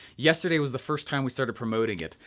yesterday was the first time we started promoting it.